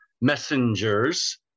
messengers